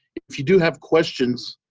if you do have questions,